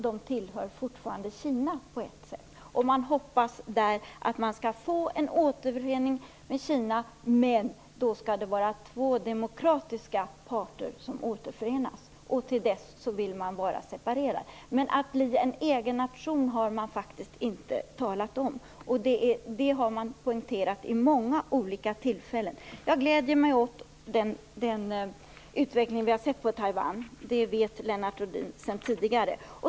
De tillhör fortfarande Kina på ett sätt, och man hoppas få en återförening med Kina. Men då skall det vara två demokratiska parter som återförenas. Till dess vill man bara separera. Att bli en egen nation har man faktiskt inte talat om, och det har man poängterat vid många olika tillfällen. Jag gläder mig åt den utveckling vi har sett på Taiwan, det vet Lennart Rohdin sedan tidigare.